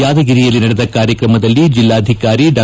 ಯಾದಗಿರಿಯಲ್ಲಿ ನಡೆದ ಕಾರ್ಯಕ್ರಮದಲ್ಲಿ ಜಿಲ್ಲಾಧಿಕಾರಿ ಡಾ